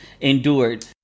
endured